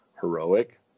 heroic